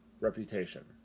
Reputation